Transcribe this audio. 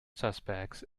suspects